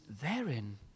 therein